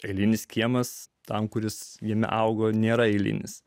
galinis kiemas tam kuris gimė augo nėra eilinis